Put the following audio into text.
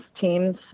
teams